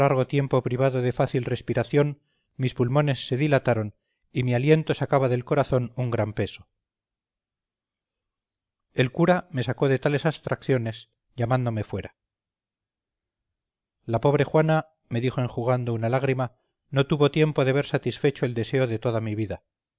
tiempo privado de fácil respiración mis pulmones se dilataron y mi aliento sacaba del corazón un gran peso el cura me sacó de tales abstracciones llamándome fuera la pobre juana me dijo enjugando una lágrima no tuvo tiempo de ver satisfecho el deseo de toda mi vida